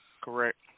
Correct